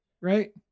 right